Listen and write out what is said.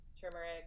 turmeric